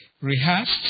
rehearsed